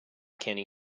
kenny